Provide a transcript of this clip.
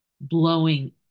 blowing